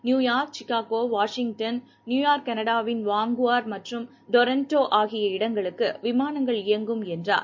New York Chicago Washington Newark கனடாவின் Vancouver மற்றும் Toronto ஆகிய இடங்களுக்கு விமானங்கள் இயங்கும் என்றார்